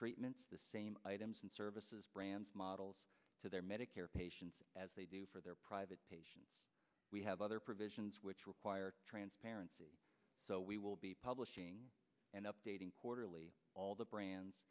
treatments the same items and services brands models to their medicare patients as they do for their private patients we have other provisions which require transparency so we will be publishing and updating quarterly all the brands